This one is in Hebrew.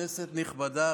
כנסת נכבדה,